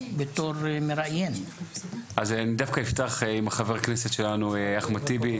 אני דווקא אפתח עם חבר הכנסת שלנו, אחמד טיבי.